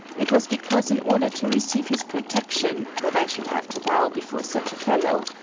it was because in order to receive his protection that i should have to bow before such a fellow,